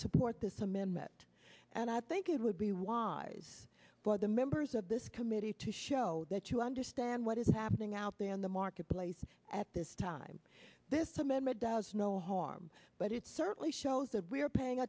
support this amendment and i think it would be wise for the members of this committee to show that you understand what is happening out there in the marketplace at this time this amendment does no harm but it certainly shows that we are paying